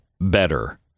better